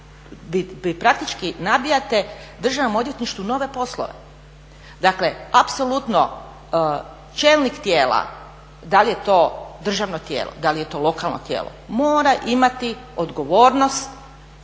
vi praktički nabijate Državnom odvjetništvu nove poslove. Dakle, apsolutno čelnik tijela, da li je to državno tijelo, da li je to lokalno tijelo, mora imati odgovornost